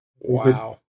Wow